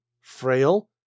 frail